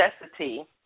necessity